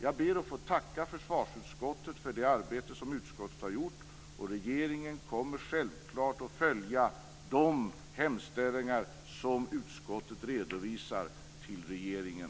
Jag ber att få tacka försvarsutskottet för det arbete som utskottet har gjort, och regeringen kommer självfallet att följa de hemställningar som utskottet redovisar till regeringen.